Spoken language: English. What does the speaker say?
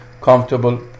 Comfortable